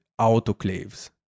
autoclaves